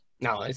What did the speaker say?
no